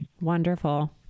Wonderful